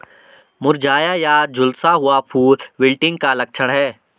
मुरझाया या झुलसा हुआ फूल विल्टिंग का लक्षण है